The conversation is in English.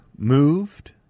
Moved